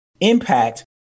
impact